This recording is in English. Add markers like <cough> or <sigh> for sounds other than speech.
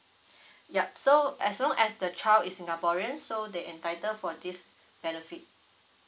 <breath> yup so as long as the child is singaporean so they entitle for this benefit